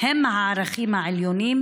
הם הערכים העליונים,